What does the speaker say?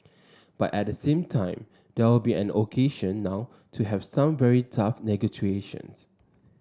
but at the same time there will be an occasion now to have some very tough negotiations